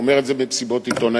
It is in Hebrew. הוא אומר את זה במסיבות עיתונאים,